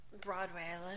Broadway